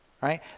right